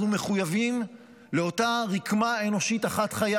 אנחנו מחויבים לאותה רקמה אנושית אחת חיה